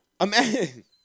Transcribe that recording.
Imagine